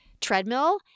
treadmill